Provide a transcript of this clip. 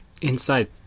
inside